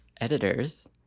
editors